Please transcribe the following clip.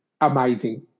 amazing